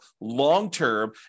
long-term